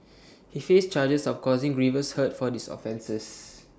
he faced charges of causing grievous hurt for these offences